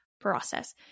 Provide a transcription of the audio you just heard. process